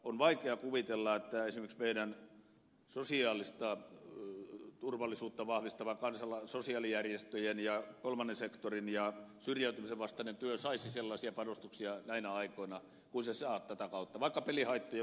on vaikea kuvitella että esimerkiksi meidän sosiaalista turvallisuutta vahvistava sosiaalijärjestöjen ja kolmannen sektorin syrjäytymisen vastainen työ saisi sellaisia panostuksia näinä aikoina kuin se saa tätä kautta vaikka pelihaittoja ynnä muuta